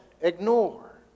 ignore